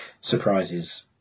surprises